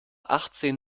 achtzehn